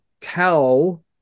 tell